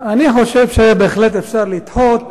אני חושב שבהחלט אפשר לדחות,